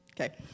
Okay